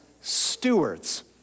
stewards